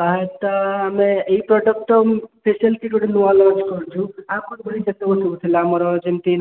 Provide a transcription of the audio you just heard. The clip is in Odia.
କାର୍ଡ଼୍ଟା ଆମେ ଏହି ପ୍ରଡ଼କ୍ଟ୍ ତ ଆମେ ଫେସିଆଲ୍ କିଟ୍ ଗୋଟେ ନୂଆ ଲଞ୍ଚ୍ କରୁଛୁ ଆଗରୁ ସବୁ ଏମିତି ମିଳୁଥିଲା ଯେମିତି ଆମର